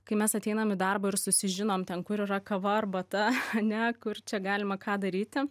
kai mes ateinam į darbą ir susižinom ten kur yra kava arbata ane kur čia galima ką daryti